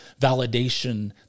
validation